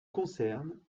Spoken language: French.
concerne